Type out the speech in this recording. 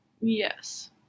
Yes